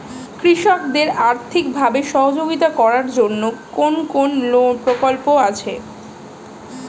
কৃষকদের আর্থিকভাবে সহযোগিতা করার জন্য সরকারি কোন কোন প্রকল্প আছে?